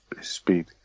speed